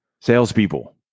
Salespeople